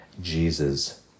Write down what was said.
Jesus